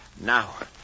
Now